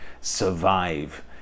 survive